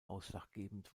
ausschlaggebend